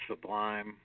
sublime